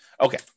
Okay